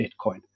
Bitcoin